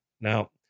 Now